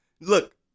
Look